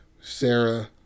Sarah